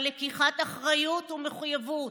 על לקיחת אחריות ומחויבות.